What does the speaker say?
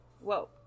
whoa